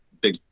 big